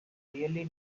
really